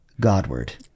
Godward